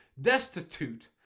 destitute